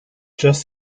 just